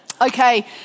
Okay